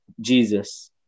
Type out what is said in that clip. Jesus